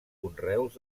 conreus